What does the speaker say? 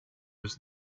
was